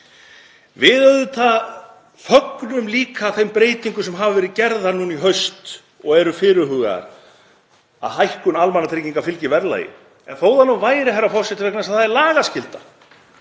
auðvitað líka þeim breytingum sem hafa verið gerðar núna í haust og eru fyrirhugaðar, að hækkun almannatrygginga fylgi verðlagi. En þó það nú væri, herra forseti, vegna þess að það er lagaskylda.